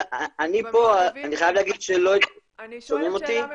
אני אשאל שאלה ממוקדת.